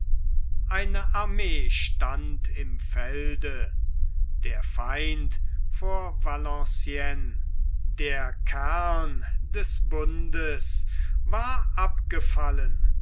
eine armee stand im felde der feind vor valenciennes der kern des bundes war abgefallen